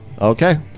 Okay